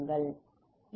Refer Time 2554